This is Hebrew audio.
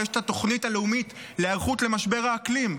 ויש את התוכנית הלאומית להיערכות למשבר האקלים.